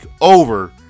over